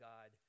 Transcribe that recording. God